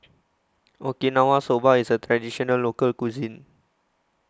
Okinawa Soba IS A Traditional Local Cuisine